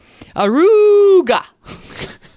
aruga